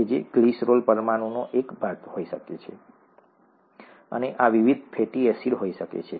આ ગ્લિસરોલ પરમાણુનો એક ભાગ હોઈ શકે છે અને આ વિવિધ ફેટી એસિડ્સ હોઈ શકે છે ઠીક છે